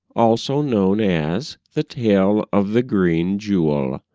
also known as the tale of the green jewel,